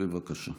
בבקשה.